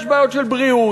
יש בעיות של בריאות.